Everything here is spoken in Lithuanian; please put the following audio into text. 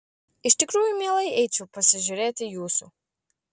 iš tikrųjų mielai eičiau pasižiūrėti jūsų